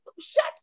shut